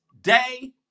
day